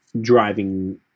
driving